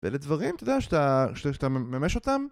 ולדברים, אתה יודע שאתה ממש אותם?